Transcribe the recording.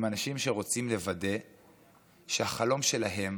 הם אנשים שרוצים לוודא שהחלום שלהם